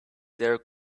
their